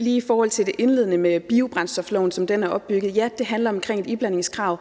I forhold til det indledende med biobrændstofloven og hvordan den er opbygget, vil jeg sige, at ja, det handler om et iblandingskrav.